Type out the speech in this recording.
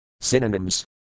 Synonyms